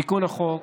תיקון החוק